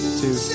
two